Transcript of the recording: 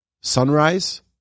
sunrise